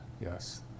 Yes